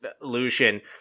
Lucian